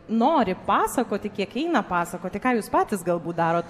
nori pasakoti kiek eina pasakoti ką jūs patys galbūt darot